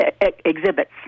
exhibits